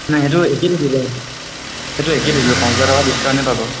নাই সেইটো একেই থাকিব সেইটো একেই থাকিব পাঁচ হেজাৰ টকা ডিচকাউণ্টে নেপাব